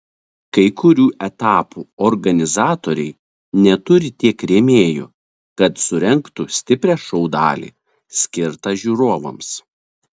kai kurių etapų organizatoriai neturi tiek rėmėjų kad surengtų stiprią šou dalį skirtą žiūrovams